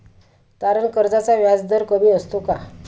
तारण कर्जाचा व्याजदर कमी असतो का?